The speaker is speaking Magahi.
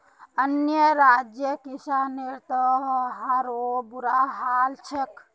अन्य राज्यर किसानेर त आरोह बुरा हाल छेक